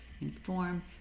inform